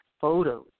photos